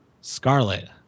Scarlet